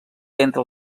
entre